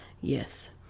yes